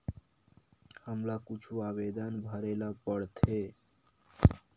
हमला कुछु आवेदन भरेला पढ़थे?